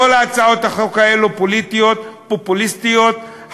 כל הצעות החוק האלה פוליטיות, פופוליסטיות.